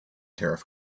tariff